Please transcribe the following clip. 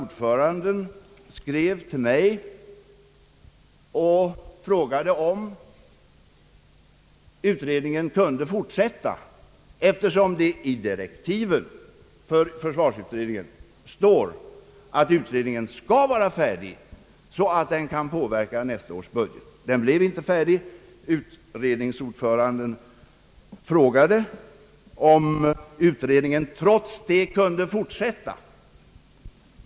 Därför skrev ordföranden till mig och frågade om utredningen kunde fortsätta. I direktiven för försvarsutredningen står det ju att utredningen skall vara färdig så att den kan påverka nästa års budget. Utredningen blev inte färdig, och utredningsordföranden frågade, som sagt, om utredningen trots det kunde fortsätta.